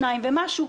2 ומשהו,